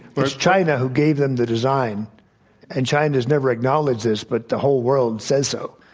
but it's china who gave them the design and china's never acknowledged this, but the whole world says so.